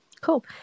Cool